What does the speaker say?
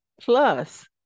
plus